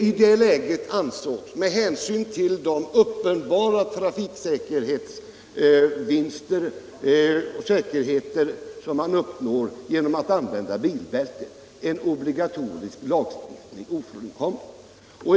I det läget ansågs, med hänsyn till de uppenbara säkerhetsvinster som man uppnår genom att använda bilbälte, en obligatorisk lagstiftning ofrånkomlig.